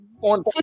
on